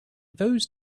those